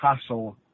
hassle